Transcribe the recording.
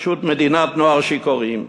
פשוט מדינת נוער שיכורים.